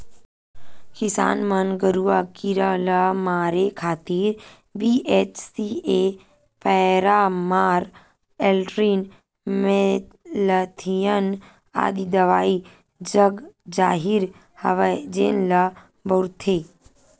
किसान मन गरूआ कीरा ल मारे खातिर बी.एच.सी.ए पैरामार, एल्ड्रीन, मेलाथियान आदि दवई जगजाहिर हवय जेन ल बउरथे